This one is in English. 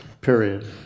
period